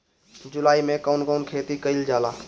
जुलाई मे कउन कउन खेती कईल जाला?